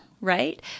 right